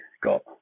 got